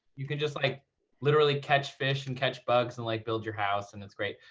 you can just like literally catch fish and catch bugs and like build your house, and it's great.